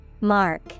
Mark